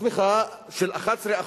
הצמיחה של 11%,